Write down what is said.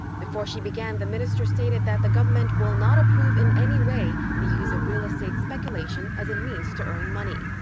before she began, the minister stated that the government will not approve in any way the use of real estate speculation as a means to earn money.